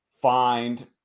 find